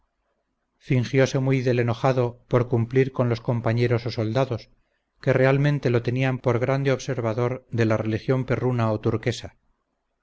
su hijo fingiose muy del enojado por cumplir con los compañeros o soldados que realmente lo tenían por grande observador de la religión perruna o turquesa